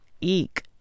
Eek